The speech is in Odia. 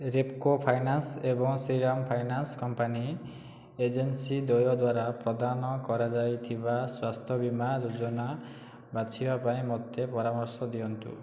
ରେପ୍କୋ ଫାଇନାନ୍ସ୍ ଏବଂ ଶ୍ରୀରାମ ଫାଇନାନ୍ସ୍ କମ୍ପାନୀ ଏଜେନ୍ସି ଦ୍ୱୟ ଦ୍ଵାରା ପ୍ରଦାନ କରାଯାଇଥିବା ସ୍ୱାସ୍ଥ୍ୟ ବୀମା ଯୋଜନା ବାଛିବା ପାଇଁ ମୋତେ ପରାମର୍ଶ ଦିଅନ୍ତୁ